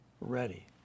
ready